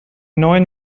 neuen